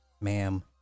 ma'am